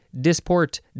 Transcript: disport